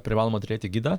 privaloma turėti gidą